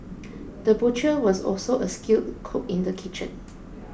the butcher was also a skilled cook in the kitchen